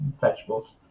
vegetables